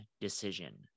decision